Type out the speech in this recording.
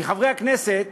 מחברי הכנסת